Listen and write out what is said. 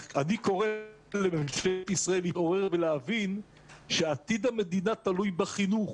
אני קורא לממשלת ישראל להתעורר ולהבין שעתיד המדינה תלוי בחינוך,